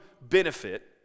benefit